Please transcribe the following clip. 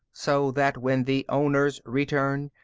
so that when the owners return,